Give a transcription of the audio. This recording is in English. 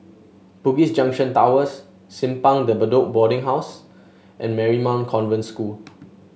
Bugis Junction Towers Simpang De Bedok Boarding House and Marymount Convent School